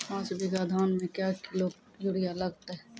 पाँच बीघा धान मे क्या किलो यूरिया लागते?